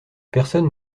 personne